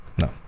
No